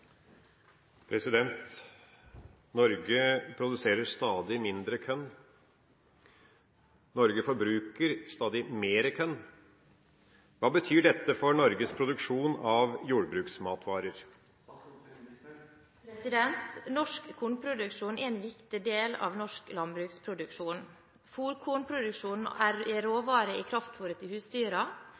produserer stadig mindre korn. Norge forbruker stadig mer korn. Hva betyr dette for Norges produksjon av jordbruksmatvarer?» Norsk kornproduksjon er en viktig del av norsk landbruksproduksjon. Fôrkornproduksjonen er råvare i kraftfôret til husdyra,